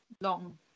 long